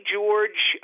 George